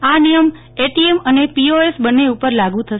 આ નિયમ એટીએમ અને પીઓએસ બંને ઉપર લાગુ થશે